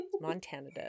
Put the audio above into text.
Montana